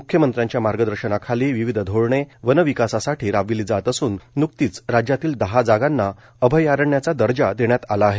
मुख्यमंत्र्यांच्या मार्गदर्शनाखाली विविध धोरणे वन विकासासाठी राबविली जात असून नुकतीच राज्यातील दहा जागांना अभयारण्याचा दर्जा देण्यात आला आहे